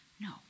no